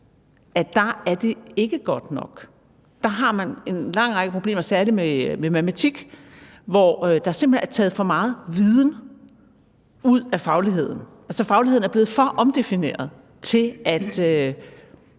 ikke er godt nok. Der har man en lang række problemer, særligt i matematik, hvor der simpelt hen er taget for megen viden ud af fagligheden. Fagligheden er blevet for omdefineret, til at